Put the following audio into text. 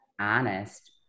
honest